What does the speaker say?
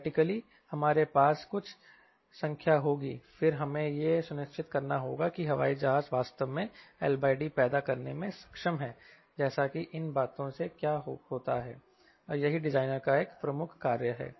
theoretically हमारे पास कुछ संख्या होगी फिर हमें यह सुनिश्चित करना होगा कि हवाई जहाज वास्तव में LD पैदा करने में सक्षम है जैसा कि इन बातों से क्या होता है और यही डिजाइनर का एक प्रमुख कार्य है